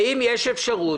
האם יש אפשרות